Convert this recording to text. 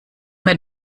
mir